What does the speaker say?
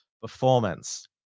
performance